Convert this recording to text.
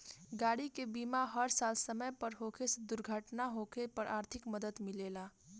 गाड़ी के बीमा हर साल समय पर होखे से दुर्घटना होखे पर आर्थिक मदद मिलेला